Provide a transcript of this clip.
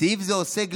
סעיף זה עוסק,